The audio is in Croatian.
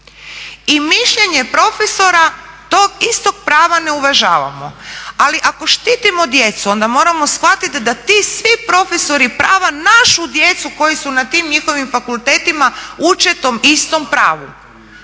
i mišljenje profesora tog istog prava ne uvažavamo. Ali ako štitimo djecu onda moramo shvatiti da svi ti profesori prava našu djecu koji su na tim njihovim fakultetima uče tom istom pravu